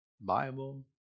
Bible